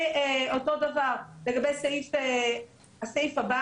אותו הדבר לגבי הסעיף הבא,